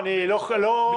אני לא מפקפק,